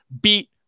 beat